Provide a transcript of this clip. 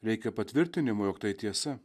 reikia patvirtinimo jog tai tiesa